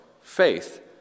faith